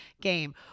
game